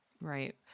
Right